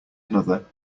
another